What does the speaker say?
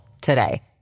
today